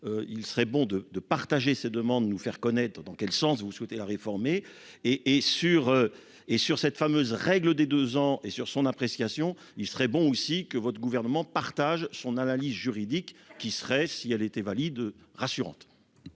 il serait bon de de partager ses demandes nous faire connaître dans quel sens vous souhaitez la réformer et et sur et sur cette fameuse règle des 2 ans et sur son appréciation, il serait bon aussi que votre gouvernement partage son analyse juridique qui serait, si elle était valide rassurante.